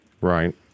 Right